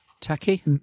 tacky